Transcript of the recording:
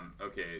okay